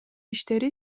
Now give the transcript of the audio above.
иштери